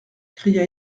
cria